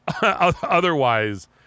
Otherwise